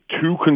Two